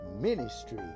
ministry